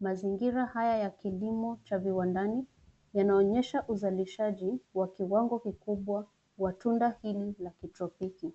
Mazingira haya ya kilimo cha viwandani yanaonyesha uzalishaji wa kiwango kikubwa wa tunda hili la kitropiki.